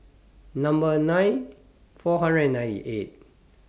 Number nine four hundred and ninety eight